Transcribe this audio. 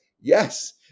Yes